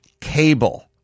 cable